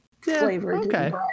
flavored